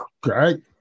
great